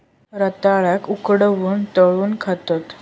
रताळ्याक उकळवून, तळून खातत